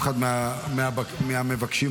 חברי הכנסת,